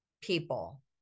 people